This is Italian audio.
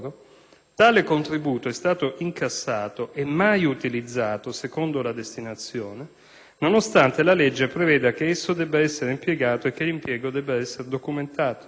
Tale contributo è stato incassato e mai utilizzato secondo la destinazione, nonostante la legge preveda che esso debba essere impiegato e che l'impiego debba essere documentato.